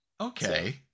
okay